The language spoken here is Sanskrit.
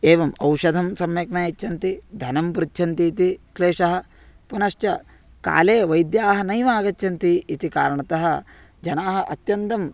एवम् औषधं सम्यक् न यच्छन्ति धनं पृच्छन्तीति क्लेशः पुनश्च काले वैद्याः नैव आगच्छन्ति इति कारणतः जनाः अत्यन्तम्